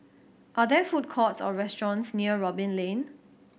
are there food courts or restaurants near Robin Lane